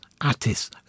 Attis